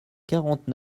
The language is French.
quarante